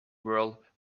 world